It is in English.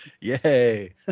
Yay